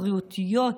הבריאותיות,